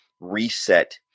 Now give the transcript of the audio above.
reset